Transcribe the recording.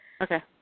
okay